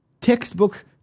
textbook